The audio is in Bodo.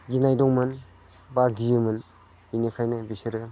गिनाय दंमोन बा गियोमोन बेनिखायनो बिसोरो